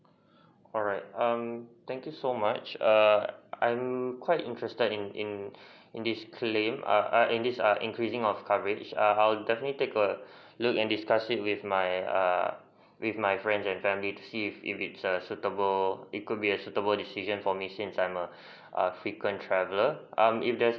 alright um thank you so much err I'm quite interested in in in this claim err err in this err increasing of coverage err I'll definitely take a look and discuss it with my err with my friends and family to see if if it's a suitable it could be a suitable decision formation since I'm a frequent traveller err if there's